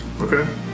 Okay